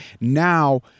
now